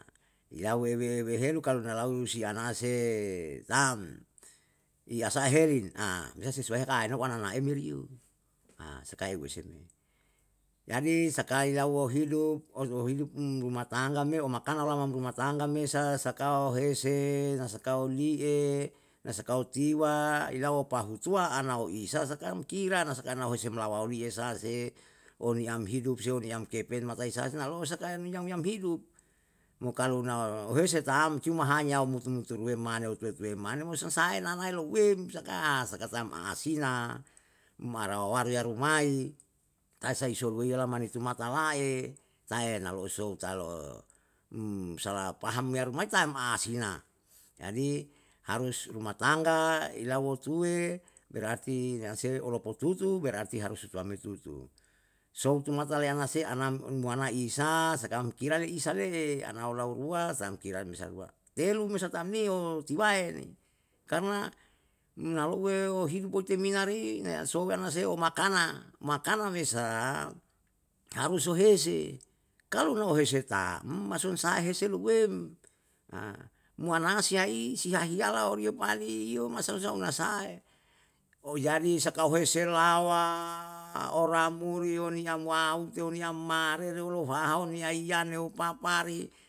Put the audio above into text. Yauwe we wehelu kalu lau sianase tam, i asaherin bisa sesuai ka aena wananae meri yo sakae wesiru. Jadi sakae ilauo hidup, oro hidup rumah tangga meo, makana lama rumah tangga me sa sakao hese, na sako li'e, na sakao tiwa, ilau opa hutua anaoisa saka na umkira na sakana hosem lawawiye sa se, oniyam hidup, oniyam kepen matai sa se, nalo'o sakae emyam yam hidup, mo kalu na ohese tam cuma hanya mutu mutu ruwem mane, utuwe tuwe mane me seng sae nanalouwem saka, saka tam asina, marawawaru narumai, tae sae soloweyo lama ni tumata la'e, tae na lo'o soutalo, umsalah paham am ya rumai tam asina, jadi, harus rumah tangga ilauwo tuwe, berarti yanse olopututu, bararti harus upula me tutu. Sou tumata le anase anam umwana isa, sakam kira reisa le, anao lau rua, tam kira mesa rua. Telu mesa tam ni yo, tiwae ni, karna naluwe yo hidup utemina ri na yamsou anase yo makana, makana mesa, haruso hese, kalu na ohese tam masun sa hese luwem, muanasi yai, si yahiyala orie pali iyo masa usa'u nasae? Oyadi saka ohese lawa, oramuyi yo uniyam waute, uniyam marere, louhaho niyai yaneo papari